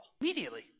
Immediately